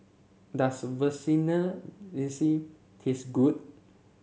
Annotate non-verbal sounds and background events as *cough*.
does *unintelligible* taste good